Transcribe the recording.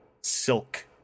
silk